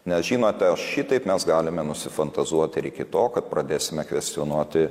nes žinote šitaip mes galime nusifantazuoti ir iki to kad pradėsime kvestionuoti